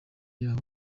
y’abo